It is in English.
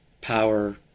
power